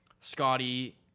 Scotty